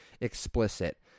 explicit